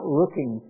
looking